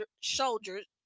soldiers